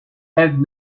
have